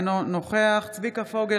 אינו נוכח צביקה פוגל,